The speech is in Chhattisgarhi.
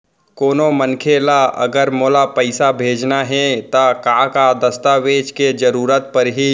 कोनो मनखे ला अगर मोला पइसा भेजना हे ता का का दस्तावेज के जरूरत परही??